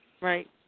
Right